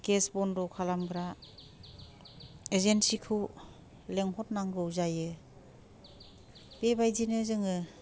gas बन्द' खालामग्रा एजेनसिखौ लेंहरनांगौ जायो बेबायदिनो जोङो